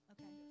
Okay